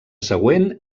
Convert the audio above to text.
següent